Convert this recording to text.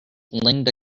linda